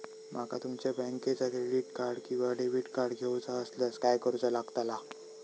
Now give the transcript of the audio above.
माका तुमच्या बँकेचा क्रेडिट कार्ड किंवा डेबिट कार्ड घेऊचा असल्यास काय करूचा लागताला?